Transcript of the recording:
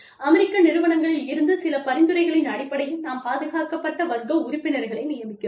அமெரிக்க நிறுவனங்களில் இருந்து சில பரிந்துரைகளின் அடிப்படையில் நாம் பாதுகாக்கப்பட்ட வர்க்க உறுப்பினர்களை நியமிக்கிறோம்